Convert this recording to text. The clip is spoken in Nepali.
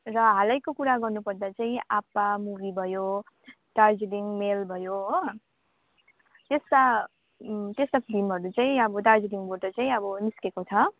र हालैको कुरा गर्नु पर्दा चाहिँ आप्पा मुभी भयो दार्जिलिङ मेल भयो हो त्यस्ता त्यस्ता फिल्महरू चाहिँ अब दार्जिलिङबाट चाहिँ अब निस्केको छ